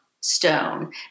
stone